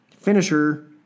finisher